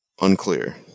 Unclear